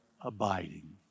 abiding